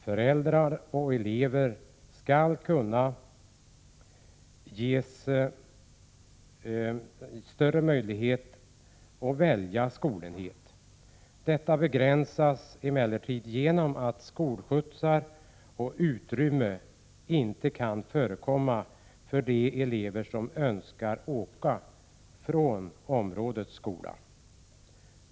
Föräldrar och elever skall kunna ges större möjlighet att välja skolenhet. Detta begränsas emellertid genom att skolskjutsar och utrymme inte kan ges de elever som önskar åka från områdets skola.